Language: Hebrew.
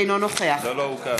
אינו נוכח לא לא, הוא כאן.